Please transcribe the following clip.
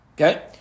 Okay